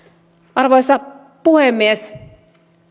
arvoisa puhemies